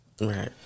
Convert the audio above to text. Right